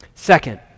Second